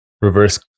reverse